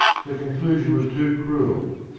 the conclusion was too cruel.